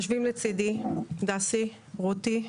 יושבים לצידי דסי, רותי,